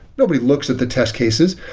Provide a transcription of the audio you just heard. nobody looks at the test cases,